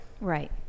right